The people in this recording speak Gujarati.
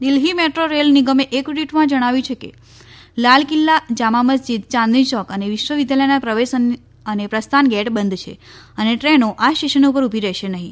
દિલ્ફી મેટ્રો રેલ નિગમે એક ટ્વીટમાં જણાવ્યું છે કે લાલકિલ્લા જામા મસ્જિદ યાંદની ચોક અને વિશ્વવિદ્યાલયના પ્રવેશ અને પ્રસ્થાન ગેટ બંધ છે અને ટ્રેનો આ સ્ટેશનો પર ઉભી રહેશે નહીં